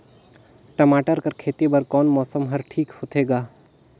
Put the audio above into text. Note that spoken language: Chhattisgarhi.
टमाटर कर खेती बर कोन मौसम हर ठीक होथे ग?